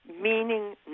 meaning